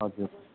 हजुर